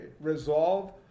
resolve